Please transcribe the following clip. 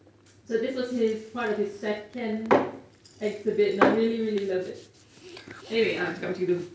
so this was his part of his second exhibit and I really really loved it anyways ah cakap macam gitu